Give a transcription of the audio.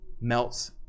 melts